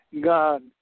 God